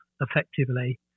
effectively